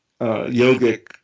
yogic